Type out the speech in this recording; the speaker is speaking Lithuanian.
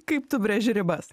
kaip tu brėži ribas